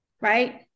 right